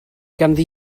ganddi